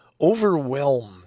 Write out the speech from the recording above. overwhelmed